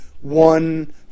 one